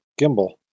Gimbal